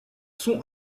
son